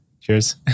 cheers